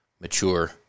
mature